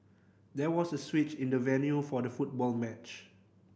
there was a switch in the venue for the football match